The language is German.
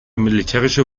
militärische